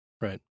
Right